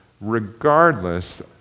regardless